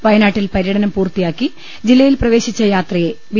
വയനാട്ടിൽ പര്യടനം പൂർത്തിയാക്കി ജില്ലയിൽ പ്രവേശിച്ച യാത്രയെ ബി